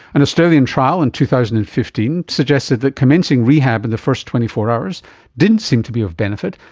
an australian trial in two thousand and fifteen suggested that commencing rehab in the first twenty four hours didn't seem to be of benefit,